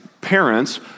parents